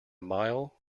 mile